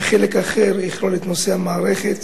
וחלק אחר יכלול את נושא המערכת